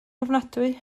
ofnadwy